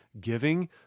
giving